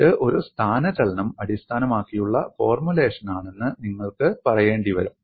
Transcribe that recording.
ഇത് ഒരു സ്ഥാനചലനം അടിസ്ഥാനമാക്കിയുള്ള ഫോർമുലേഷനാണെന്ന് നിങ്ങൾക്ക് പറയേണ്ടി വരും